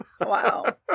Wow